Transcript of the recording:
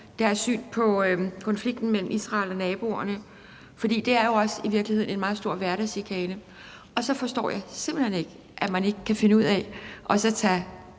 muslimers syn på konflikten mellem Israel og naboerne, for det er jo i virkeligheden også en meget stor hverdagschikane. Og så forstår jeg simpelt hen ikke, at man ikke kan finde ud af også at